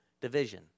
division